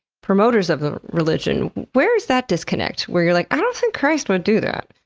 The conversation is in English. promoters of the religion. where is that disconnect where you're like, i don't think christ would do that?